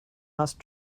must